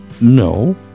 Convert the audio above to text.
No